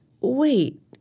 wait